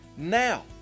now